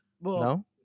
No